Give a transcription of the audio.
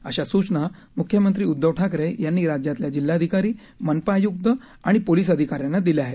अशा सुचना मुख्यमंत्री उद्दव ठाकरे यांनी राज्यातल्या जिल्हाधिकारी मनपा आयुक्त पोलीस अधिकाऱ्यांना दिल्या आहेत